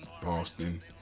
Boston